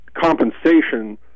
compensation